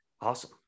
Awesome